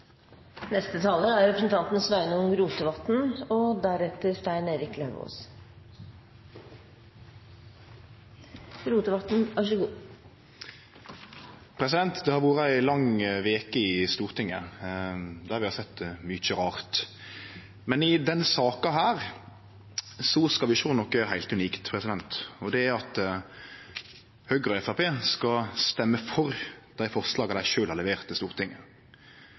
og Schou ikke har det. Det har vore ei lang veke i Stortinget, der vi har sett mykje rart, men i denne saka skal vi sjå noko heilt unikt, og det er at Høgre og Framstegspartiet skal stemme for dei forslaga dei sjølve har levert til Stortinget.